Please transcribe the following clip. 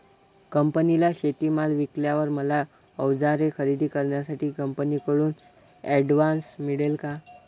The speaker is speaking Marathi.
कंपनीला शेतीमाल विकल्यावर मला औजारे खरेदी करण्यासाठी कंपनीकडून ऍडव्हान्स मिळेल का?